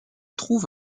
trouve